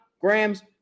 grams